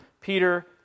Peter